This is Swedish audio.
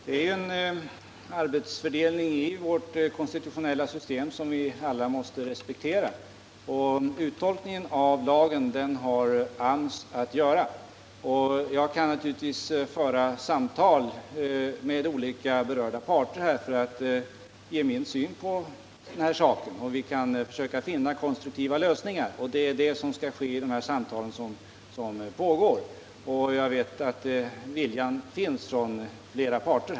Herr talman! Det finns en arbetsfördelning i vårt konstitutionella system som vi alla måste respektera. Uttolkningen av lagen har AMS att göra. Jag. kan naturligtvis föra samtal med olika berörda parter för att delge dem min syn på saken, och vi kan tillsammans försöka finna konstruktiva lösningar. Det är detta som också skall ske vid de samtal som pågår. Jag vet att viljan finns hos flera parter.